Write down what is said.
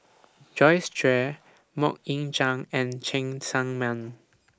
Joyce Jue Mok Ying Jang and Cheng Tsang Man